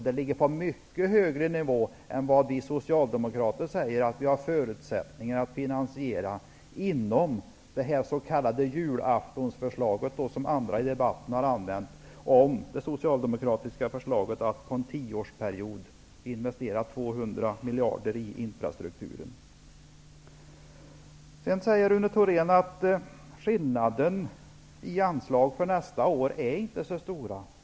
De ligger också på mycket högre nivå än vad vi socialdemokrater säger att vi har förutsättningar att finansiera i det s.k. julaftonsförslaget, som andra i debatten kallat det socialdemokratiska förslaget. Vi föreslår där att man under en tioårsperiod investerar 200 miljarder i infrastrukturen. Sedan säger Rune Thorén att skillnaden i anslag för nästa år inte är så stora.